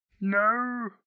No